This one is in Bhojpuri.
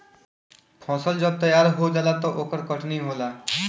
फसल जब तैयार हो जाला त ओकर कटनी होला